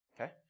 okay